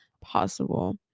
possible